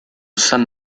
san